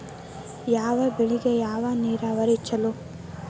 ಯಾವ ಬೆಳಿಗೆ ಯಾವ ನೇರಾವರಿ ಛಲೋ?